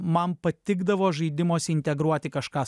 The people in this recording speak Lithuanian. man patikdavo žaidimuose integruoti kažką